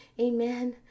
Amen